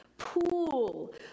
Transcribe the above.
Pool